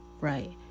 Right